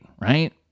right